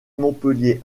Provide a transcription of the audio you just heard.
montpellier